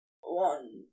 One